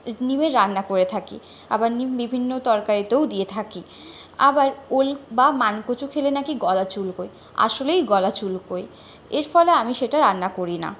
নিমের রান্না করে থাকি আবার নিম বিভিন্ন তরকারিতেও দিয়ে থাকি আবার ওল বা মানকচু খেলে নাকি গলা চুলকোয় আসলেই গলা চুলকোয় এর ফলে আমি সেটা রান্না করি না